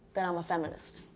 that i'm a feminist.